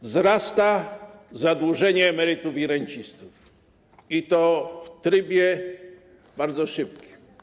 Wzrasta zadłużenie emerytów i rencistów, i to w trybie bardzo szybkim.